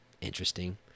interesting